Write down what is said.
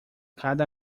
cada